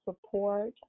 support